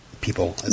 people